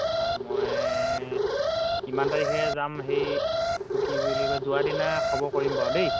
হয় হয় মই কিমান তাৰিখে যাম সেইটো কি বুলি কয় যোৱাদিনা খবৰ কৰিম বাৰু দেই